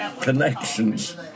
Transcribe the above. connections